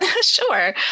Sure